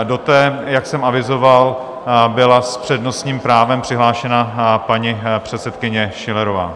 Do té, jak jsem avizoval, byla s přednostním právem přihlášena paní předsedkyně Schillerová.